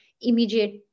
immediate